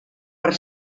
per